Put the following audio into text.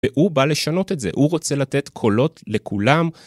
והוא בא לשנות את זה, הוא רוצה לתת קולות לכולם.